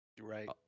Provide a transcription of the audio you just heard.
Right